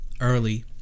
early